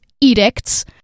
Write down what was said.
edicts